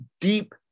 deep